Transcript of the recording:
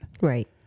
Right